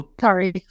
sorry